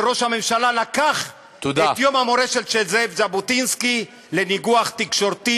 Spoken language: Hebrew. שראש הממשלה לקח את יום מורשת זאב ז'בוטינסקי לניגוח תקשורתי